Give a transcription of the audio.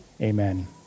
amen